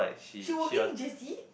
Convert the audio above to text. she working in J_C